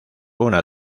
una